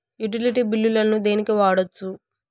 Utility బిల్లులను దేనికి వాడొచ్చు?